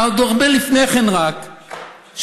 עוד הרבה לפני כן, שבת.